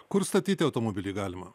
kur statyti automobilį galima